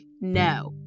no